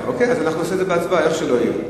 אז אנחנו נעשה את זה בהצבעה, איך שלא יהיה.